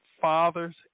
fathers